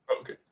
Okay